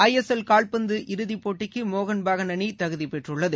ISL கால்பந்து இறுதிப்போட்டிக்குமோகன் பகான் அணிதகுதிபெற்றுள்ளது